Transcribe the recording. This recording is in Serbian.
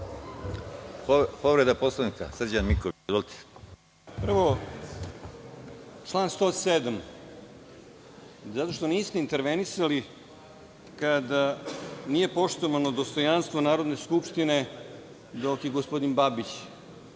povreda Poslovnika. **Srđan Miković** Prvo, član 107, zato što niste intervenisali kada nije poštovano dostojanstvo Narodne skupštine dok je gospodin Babić